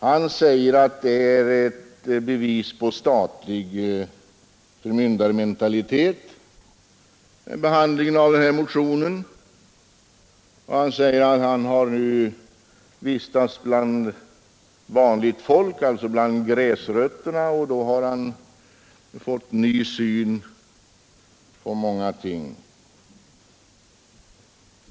Han säger att behandlingen av dessa motioner är ett bevis på statlig förmyndarmentalitet, och han säger att han har nu vistats bland vanligt folk, alltså bland gräsrötterna, och då har han fått en ny syn på många ting.